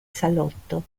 salotto